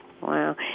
Wow